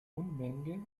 unmenge